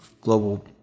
global